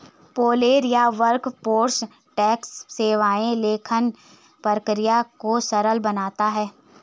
payroll या workforce tax सेवाएं लेखांकन प्रक्रिया को सरल बनाता है